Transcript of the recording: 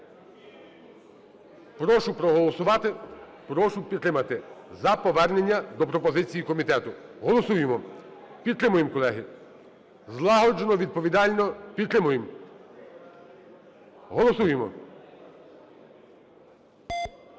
Прошу проголосувати, прошу підтримати за повернення до пропозиції комітету. Голосуємо, підтримуємо, колеги! Злагоджено, відповідально. Підтримуємо, голосуємо.